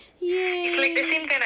!yay!